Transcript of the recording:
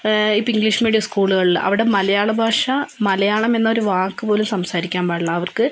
ഇപ്പം English medium സ്കൂളുകളിൽ അവിടെ മലയാള ഭാഷ മലയാളം എന്നൊരു വാക്കുപോലും സംസാരിക്കാൻ പാടില്ല അവർക്ക്